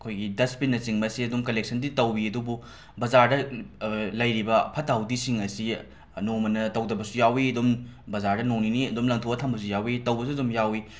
ꯑꯩꯈꯣꯏꯒꯤ ꯗꯁꯕꯤꯟꯅꯆꯤꯡꯕꯁꯤ ꯑꯗꯨꯝ ꯀꯂꯦꯛꯁꯟꯗꯤ ꯇꯧꯏ ꯑꯗꯨꯕꯨ ꯕꯖꯥꯔꯗ ꯂꯩꯔꯤꯕ ꯐꯠꯇ ꯍꯥꯎꯊꯤꯁꯤꯡ ꯑꯁꯤ ꯅꯣꯡꯃꯅ ꯇꯧꯗꯕꯁꯨ ꯌꯥꯎꯏ ꯑꯗꯨꯝ ꯕꯖꯥꯔꯗ ꯅꯣꯡꯅꯤꯅꯤ ꯑꯗꯨꯝ ꯂꯪꯊꯣꯛꯑꯒ ꯊꯝꯕꯁꯨ ꯌꯥꯎꯏ ꯇꯧꯕꯁꯨ ꯑꯗꯨꯝ ꯌꯥꯎꯏ